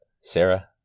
Sarah